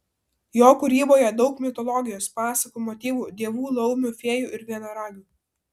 jo kūryboje daug mitologijos pasakų motyvų dievų laumių fėjų ir vienaragių